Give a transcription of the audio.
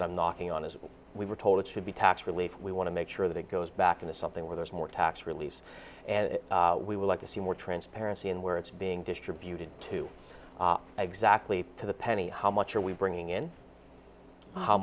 and i'm knocking on as we were told it should be tax relief we want to make sure that it goes back into something where there's more tax relief and we would like to see more transparency in where it's being distributed to exactly to the penny how much are we bringing in how